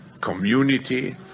community